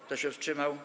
Kto się wstrzymał?